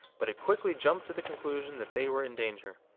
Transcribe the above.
but it quickly jumped to the conclusion that they were in danger.